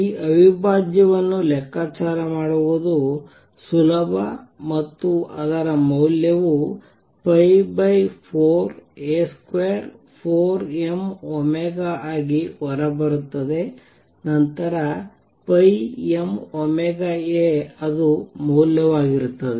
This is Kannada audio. ಈ ಅವಿಭಾಜ್ಯವನ್ನು ಲೆಕ್ಕಾಚಾರ ಮಾಡುವುದು ಸುಲಭ ಮತ್ತು ಅದರ ಮೌಲ್ಯವು 4A24mω ಆಗಿ ಹೊರಬರುತ್ತದೆ ನಂತರ mωA ಅದು ಮೌಲ್ಯವಾಗಿರುತ್ತದೆ